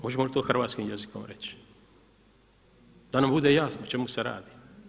Možemo li to hrvatskim jezikom reći da nam bude jasno o čemu se radi?